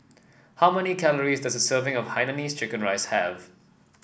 how many calories does a serving of Hainanese Chicken Rice have